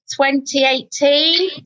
2018